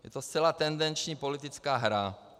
Je to zcela tendenční politická hra.